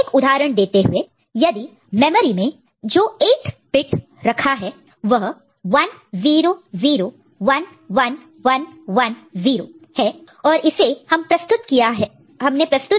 एक उदाहरण देते हुए यदि मेमोरी में जो 8 बिट रखा है वह 10011110 है और इसे हमने प्रस्तुत रिप्रेजेंट representकिया है फिक्सड 8 3